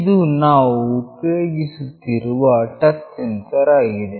ಇದು ನಾವು ಉಪಯೋಗಿಸಿರುವ ಟಚ್ ಸೆನ್ಸರ್ ಆಗಿದೆ